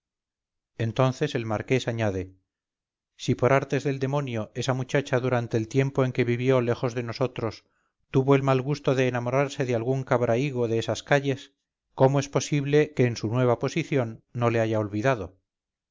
entonces el marqués añade si por artes del demonio esa muchacha durante el tiempo en que vivió lejos de nosotros tuvo el mal gusto de enamorarse de algún cabrahígo de esas calles cómo es posible que en su nueva posición no le haya olvidado